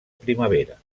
primavera